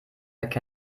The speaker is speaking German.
nichts